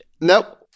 Nope